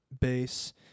bass